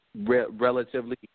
relatively